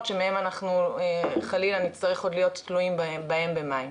שאולי אנחנו חלילה נצטרך עוד להיות תלויים בהם במים.